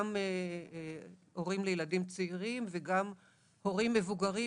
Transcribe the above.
גם הורים לילדים צעירים וגם הורים מבוגרים